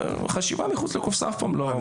חשיבה מחוץ לקופסא תמיד טוב לספורט.